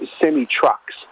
semi-trucks